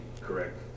correct